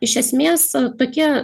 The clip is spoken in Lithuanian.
iš esmės tokie